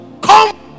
come